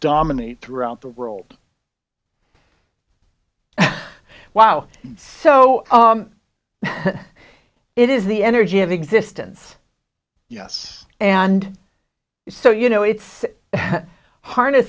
dominate throughout the world wow so it is the energy of existence yes and so you know it's hard to